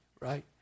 right